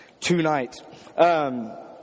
Tonight